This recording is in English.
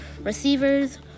Receivers